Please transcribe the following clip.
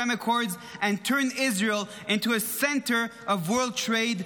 Accords and turn Israel into a center of world trade,